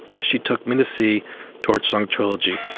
she took me to see torch song trilogy.